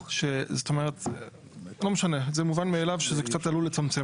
לא משנה זה מובן מאליו שזה קצת עלול לצמצם.